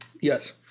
Yes